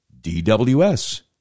DWS